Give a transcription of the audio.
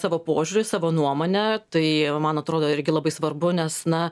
savo požiūrį savo nuomonę tai man atrodo irgi labai svarbu nes na